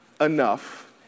enough